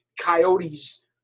Coyotes